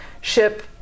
ship